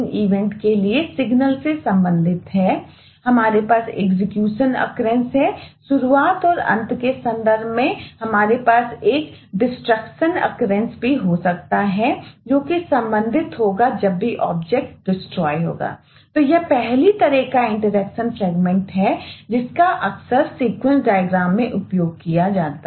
इन्हें अक्रेनस में उपयोग किया जाता है